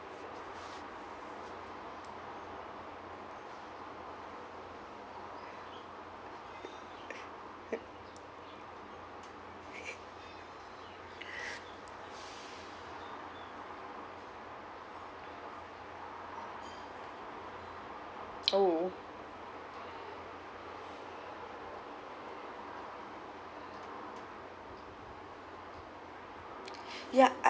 oh ya I